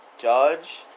Judge